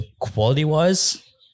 quality-wise